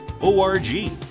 O-R-G